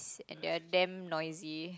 and they are damn noisy